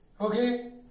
Okay